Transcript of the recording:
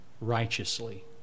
righteously